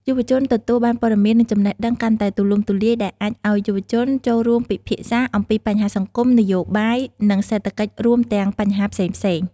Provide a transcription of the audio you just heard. យុវជនទទួលបានព័ត៌មាន និងចំណេះដឹងកាន់តែទូលំទូលាយ ដែលអាចឲ្យយុវជនចូលរួមពិភាក្សាអំពីបញ្ហាសង្គម នយោបាយ និងសេដ្ឋកិច្ចរួមទាំងបញ្ហាផ្សេងៗ។